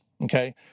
okay